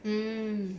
hmm